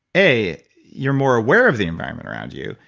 a, you're more aware of the environment around you.